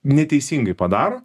neteisingai padaro